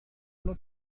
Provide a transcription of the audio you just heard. نوع